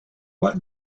what